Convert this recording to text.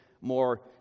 more